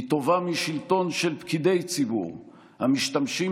היא טובה משלטון של פקידי ציבור המשתמשים